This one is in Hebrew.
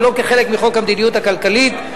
ולא כחלק מחוק המדיניות הכלכלית,